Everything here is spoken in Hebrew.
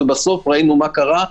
ובסוף ראינו מה קרה.